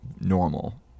normal